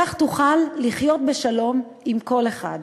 כך תוכל לחיות בשלום עם כל אחד.